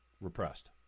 repressed